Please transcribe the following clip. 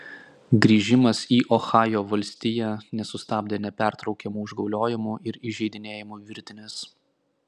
grįžimas į ohajo valstiją nesustabdė nepertraukiamų užgauliojimų ir įžeidinėjimų virtinės